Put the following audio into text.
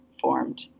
formed